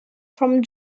from